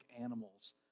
animals